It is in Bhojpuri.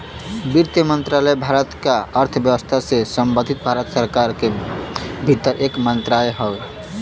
वित्त मंत्रालय भारत क अर्थव्यवस्था से संबंधित भारत सरकार के भीतर एक मंत्रालय हौ